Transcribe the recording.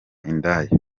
indaya